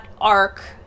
arc